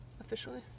officially